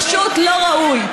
פשוט לא ראוי.